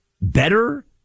better